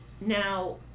Now